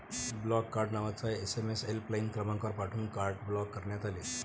block card नावाचा SMS helpline क्रमांकावर पाठवून कार्ड ब्लॉक करण्यात आले